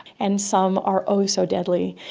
and some are oh so deadly.